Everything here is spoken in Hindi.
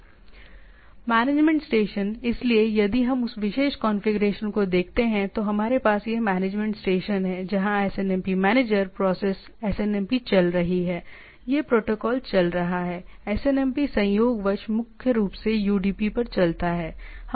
मैनेजमेंट स्टेशन इसलिए यदि हम उस विशेष कॉन्फ़िगरेशन को देखते हैं तो हमारे पास यह मैनेजमेंट स्टेशन है जहां SNMP मैनेजर प्रोसेस SNMP चल रही है यह प्रोटोकॉल चल रहा है SNMP संयोगवश मुख्य रूप से UDP पर चलता है